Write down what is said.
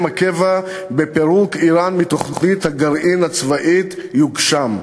הקבע בפירוק איראן מתוכנית הגרעין הצבאית יוגשם.